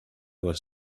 was